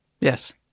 Yes